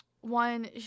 one